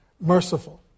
merciful